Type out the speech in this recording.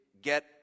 get